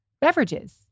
beverages